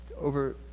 Over